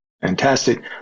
fantastic